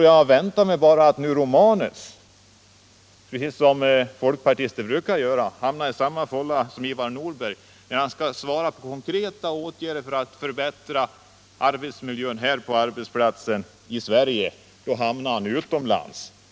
Jag väntade bara på att Romanus också, som folkpartister brukar, skulle hamna i samma fålla som Ivar Nordberg: när Nordberg skall visa på konkreta åtgärder för att förbättra arbetsmiljön på arbetsplatserna i Sverige, hamnar han utomlands.